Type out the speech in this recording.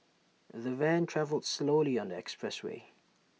the van travelled slowly on the expressway